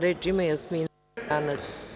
Reč ima Jasmina Karanac.